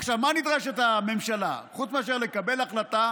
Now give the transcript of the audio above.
עכשיו, למה נדרשת הממשלה חוץ מאשר לקבל החלטה